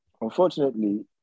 Unfortunately